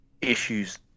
Issues